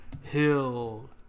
Hill